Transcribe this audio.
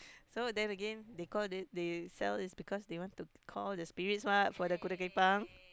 so then again they call they they sell this because they want to call the spirits [what] for the kuda kepang